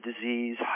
disease